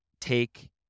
take